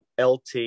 LT